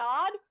God